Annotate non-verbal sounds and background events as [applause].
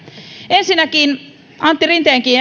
ensinnäkin edustaja antti rinteenkin [unintelligible]